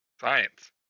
science